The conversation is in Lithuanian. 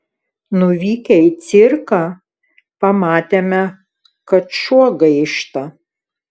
nuvykę į cirką pamatėme kad šuo gaišta